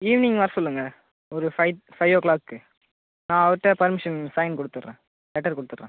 evening வரச் சொல்லுங்கள் ஒரு ஃபைவ் ஃபைவ் ஓ கிளாக்குக்கு நான் அவர்ட்ட பர்மிஷன் சைன் கொடுத்துட்றேன் லெட்டர் கொடுத்துட்றேன்